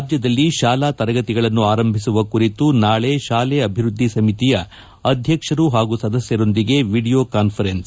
ರಾಜ್ಯದಲ್ಲಿ ಶಾಲಾ ತರಗತಿಗಳನ್ನು ಆರಂಭಿಸುವ ಕುರಿತು ನಾಳೆ ಶಾಲೆ ಅಭಿವೃದ್ದಿ ಸಮಿತಿಯ ಅಧ್ಯಕ್ಷರು ಹಾಗೂ ಸದಸ್ಕರೊಂದಿಗೆ ವಿಡಿಯೋ ಕಾನ್ಫರೆನ್ಸ್